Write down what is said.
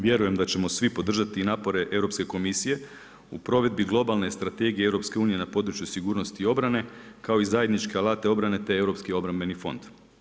Vjerujem da ćemo svi podržati i napore Europske komisije u provedbi globalne strategije EU na području sigurnosti i obrane kao i zajedničke alate obrane, te europski obrambeni fond.